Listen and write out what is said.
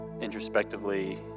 introspectively